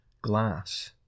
glass